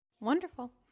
Wonderful